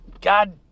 God